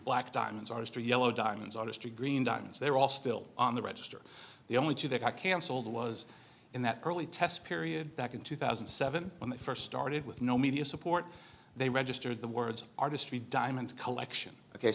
black diamonds artistry yellow diamonds artistry green darkness they're all still on the register the only two that got cancelled was in that early test period back in two thousand and seven when they first started with no media support they registered the words artistry diamond collection ok